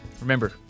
Remember